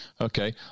Okay